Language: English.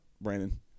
Brandon